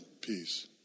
peace